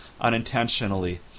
unintentionally